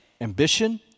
ambition